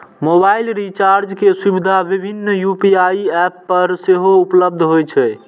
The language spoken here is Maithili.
मोबाइल रिचार्ज के सुविधा विभिन्न यू.पी.आई एप पर सेहो उपलब्ध होइ छै